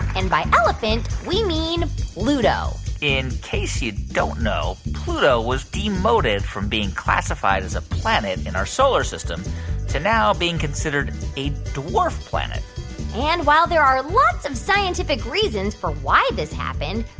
and by elephant, we mean pluto in case you don't know, pluto was demoted from being classified as a planet in our solar system to now being considered a dwarf planet and while there are lots of scientific reasons for why this happened,